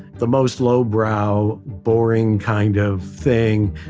the most lowbrow, boring kind of thing.